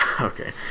okay